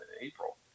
April